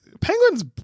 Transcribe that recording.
penguin's